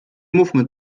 mówmy